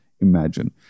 imagine